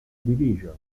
division